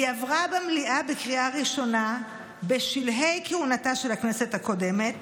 היא עברה במליאה בקריאה הראשונה בשלהי כהונתה של הכנסת הקודמת